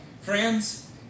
Friends